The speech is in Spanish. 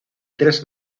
tres